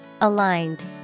Aligned